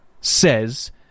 says